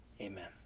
amen